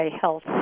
Health